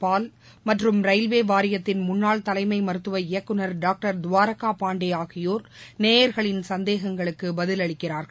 பால் மற்றும் ரயில்வே வாரியத்தின் முன்னாள் தலைமை மருத்துவ இயக்குனர் டாக்டர் துவாரளா பாண்டே ஆகியோர் நேயர்களின் சந்தேகங்களுக்கு பதிலளிக்கிறார்கள்